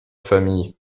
famille